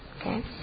Okay